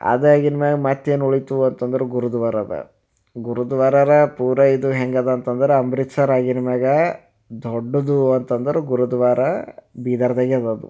ಅದಾಗಿನ ಮ್ಯಾಲೆ ಮತ್ತೇನು ಉಳಿತು ಅಂತಂದ್ರೆ ಗುರುದ್ವಾರದ ಗುರುದ್ವಾರರ ಪೂರಾ ಇದು ಹೆಂಗಿದೆ ಅಂತಂದ್ರೆ ಅಮೃತ ಸರ್ ಆಗಿನ ಮ್ಯಾಲೆ ದೊಡ್ಡದು ಅಂತಂದ್ರೆ ಗುರುದ್ವಾರ ಬೀದರ್ದಾಗೆ ಇದೆ ಅದು